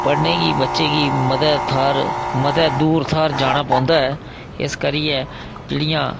पढ़ने गी बच्चें गी मते थाह्र मते दूर थाह्र जाना पौंदा ऐ इस करियै जेह्ड़ियां